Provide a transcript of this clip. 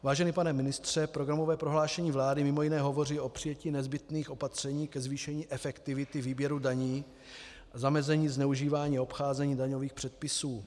Vážený pane ministře, programové prohlášení vlády mimo jiné hovoří o přijetí nezbytných opatření ke zvýšení efektivity výběru daní a zamezení zneužívání a obcházení daňových předpisů.